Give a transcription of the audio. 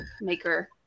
maker